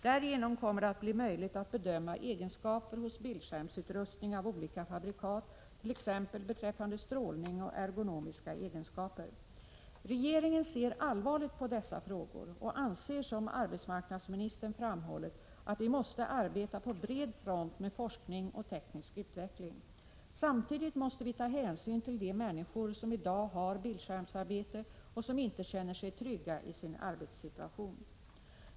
Därigenom kommer det att bli möjligt att bedöma egenskaper hos bildskärmsutrustning av olika fabrikat t.ex. beträffande strålning och ergonomiska egenskaper. Regeringen ser allvarligt på dessa frågor och anser, som arbetsmarknadsministern framhållit, att vi måste arbeta på bred front med forskning och teknisk utveckling. Samtidigt måste vi ta hänsyn till de människor som i dag har bildskärmsarbete och som inte känner sig trygga i sin arbetssituation.